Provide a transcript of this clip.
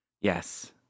Yes